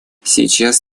сейчас